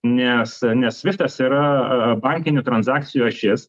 nes nes sviftas yra bankinių transakcijų ašis